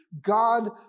God